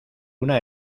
una